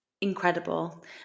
incredible